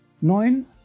neun